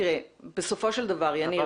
בסופו של דבר יניב,